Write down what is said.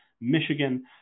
Michigan